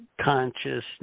consciousness